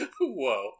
Whoa